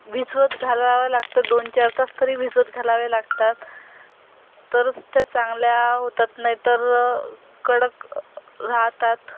भिजवत घालावे लागतात दोन चार तास तरी भिजवत घालावे लागतात तरच त्या चांगल्या होतात नाही तर कडक राहतात